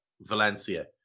Valencia